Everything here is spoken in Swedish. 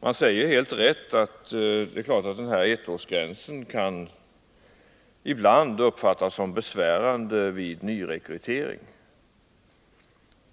Man säger helt riktigt att ettårsgränsen ibland uppfattas som besvärande vid nyrekrytering.